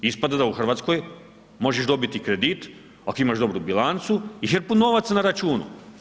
Ispada da u Hrvatskoj možeš dobiti kredit ako imaš dobru bilancu i hrpu novaca na računu.